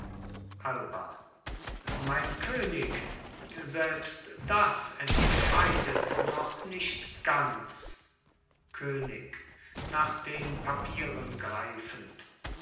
alba mein könig selbst das entscheidet noch nicht ganz könig nach den papieren greifend